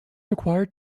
required